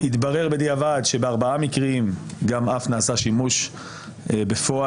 התברר בדיעבד שבארבעה מקרים אף נעשה שימוש בפועל,